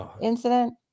incident